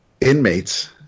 inmates